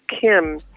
Kim